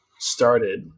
started